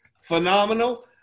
phenomenal